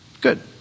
Good